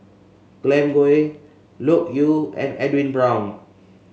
Glen Goei Loke Yew and Edwin Brown